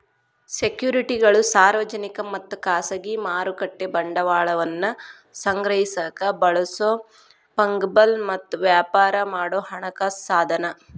ಸೆಕ್ಯುರಿಟಿಗಳು ಸಾರ್ವಜನಿಕ ಮತ್ತ ಖಾಸಗಿ ಮಾರುಕಟ್ಟೆ ಬಂಡವಾಳವನ್ನ ಸಂಗ್ರಹಿಸಕ ಬಳಸೊ ಫಂಗಬಲ್ ಮತ್ತ ವ್ಯಾಪಾರ ಮಾಡೊ ಹಣಕಾಸ ಸಾಧನ